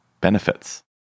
benefits